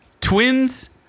Twins